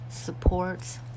supports